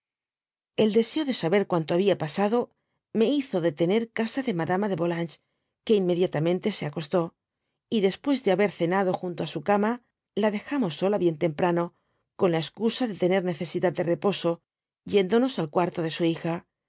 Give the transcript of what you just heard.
el deseo de saber cuanto habia pasado me hizo detener casa de madama de volanges que inmediatamente se acostó y después de haber cenado junto á su cama la dejamos sola bien temprano con la escusa de tener necesidad de reposo yendonos al cuarto de su hija